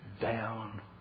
down